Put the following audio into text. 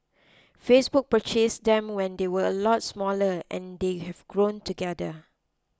Facebook purchased them when they were a lot smaller and they have grown together